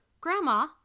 Grandma